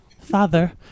Father